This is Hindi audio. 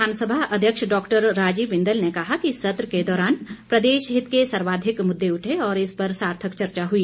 विधानसभा अध्यक्ष डा राजीव बिंदल ने कहा कि सत्र के दौरान प्रदेश हित के सर्वाधिक मुद्दे उठे और इस पर सार्थक चर्चा हुई